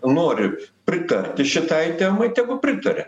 nori pritarti šitai temai tegu pritaria